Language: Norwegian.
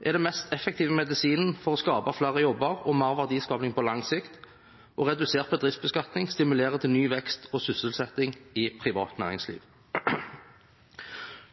er den mest effektive medisinen for å skape flere jobber og mer verdiskaping på lang sikt, og redusert bedriftsbeskatning stimulerer til ny vekst og sysselsetting i privat næringsliv.